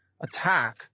attack